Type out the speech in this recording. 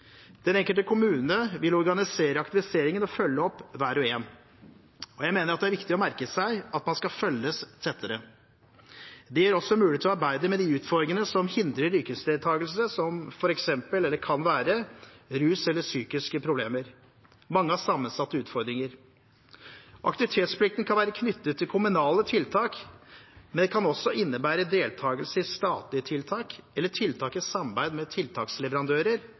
Den enkelte kommune vil organisere aktiviseringen og følge opp hver og én. Jeg mener at det er viktig å merke seg at man skal følges tettere. Det gir også mulighet til å arbeide med de utfordringene som hindrer yrkesdeltakelse, som kan være f.eks. rus eller psykiske problemer. Mange har sammensatte utfordringer. Aktivitetsplikten kan være knyttet til kommunale tiltak, men kan også innebære deltakelse i statlige tiltak eller tiltak i samarbeid med tiltaksleverandører,